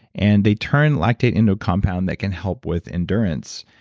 and they turn lactate into a compound that can help with endurance.